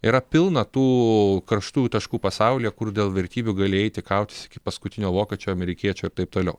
yra pilna tų karštųjų taškų pasaulyje kur dėl vertybių gali eiti kautis iki paskutinio vokiečio amerikiečio ir taip toliau